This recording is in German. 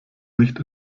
nicht